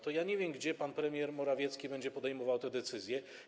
To ja nie wiem, gdzie pan premier Morawiecki będzie podejmował te decyzje.